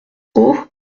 haut